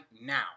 now